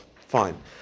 fine